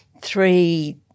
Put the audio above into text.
three